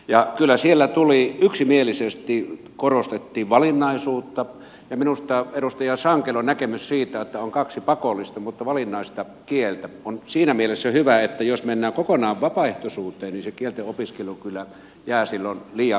ja kyllä siellä yksimielisesti korostettiin valinnaisuutta ja minusta edustaja sankelon näkemys siitä että on kaksi pakollista mutta valinnaista kieltä on siinä mielessä hyvä että jos mennään kokonaan vapaaehtoisuuteen niin se kieltenopiskelu kyllä jää silloin liian vähälle